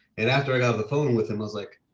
and after i got off the phone with him, i was like,